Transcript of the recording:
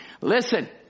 Listen